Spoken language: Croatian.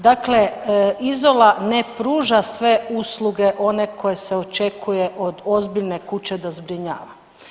Dakle Izola ne pruža sve usluge one koje se očekuje od ozbiljne kuće do zbrinjavanja.